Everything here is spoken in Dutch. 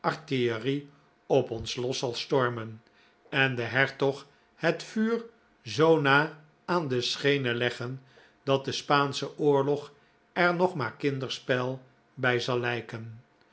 artillerie op ons los zal stormen en den hertog het vuur zoo na aan de schenen leggen dat de spaansche oorlog er nog maar kinderspel bij zal lijken